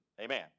Amen